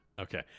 Okay